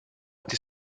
été